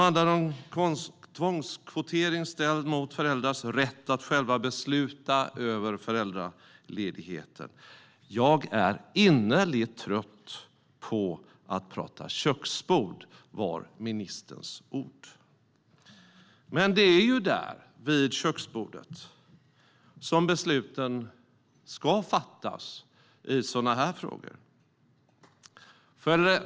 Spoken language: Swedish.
I debatten ställdes tvångskvotering mot föräldrars rätt att själva besluta över föräldraledigheten. "Jag är innerligt trött på att prata köksbord", var ministerns ord. Men det är ju vid köksbordet som besluten ska fattas i sådana här frågor.